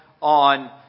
on